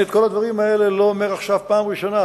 אני לא אומר את הדברים האלה עכשיו פעם ראשונה.